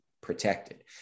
protected